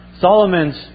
Solomon's